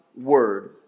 word